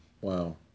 Wow